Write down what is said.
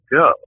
go